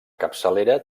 capçalera